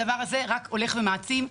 הדבר הזה רק הולך ומעצים.